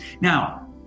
Now